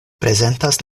prezentas